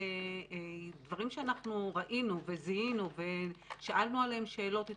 דברים שאנחנו ראינו וזיהינו ושאלנו עליהם שאלות את